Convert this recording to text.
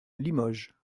limoges